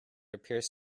appears